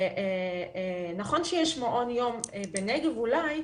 נכון שיש מעון יום בנגב אולי,